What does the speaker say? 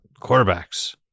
quarterbacks